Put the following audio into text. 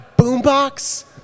boombox